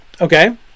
okay